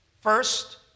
First